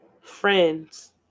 friends